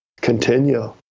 continue